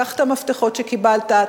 קח את המפתחות שקיבלת,